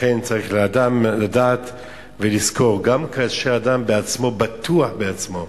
לכן צריך לדעת ולזכור, גם כאשר אדם בטוח בעצמו,